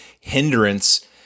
hindrance